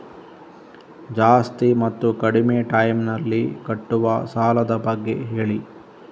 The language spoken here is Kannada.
ಜಾಸ್ತಿ ಮತ್ತು ಕಡಿಮೆ ಟೈಮ್ ನಲ್ಲಿ ಕಟ್ಟುವ ಸಾಲದ ಬಗ್ಗೆ ಹೇಳಿ